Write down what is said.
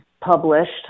published